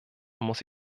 muss